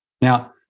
Now